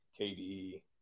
KD